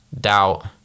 doubt